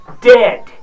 dead